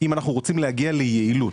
אם אנחנו רוצים להגיע ליעילות.